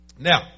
Now